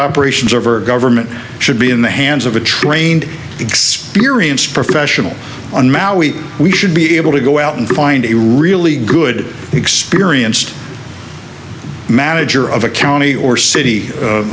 operations over government should be in the hands of a trained experienced professional an maoi we should be able to go out and find a really good experienced manager of a county or city